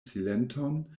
silenton